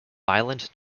violent